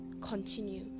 continue